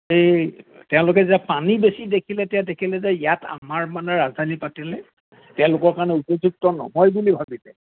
এই তেওঁলোকে যে পানী বেছি দেখিলে তেতিয়া দেখিলে যে ইয়াত আমাৰ মানে ৰাজধানী পাতিলে তেওঁলোকৰ কাৰণে উপযুক্ত নহয় বুলি ভাবিলে